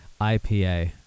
IPA